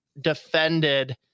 defended